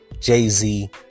jay-z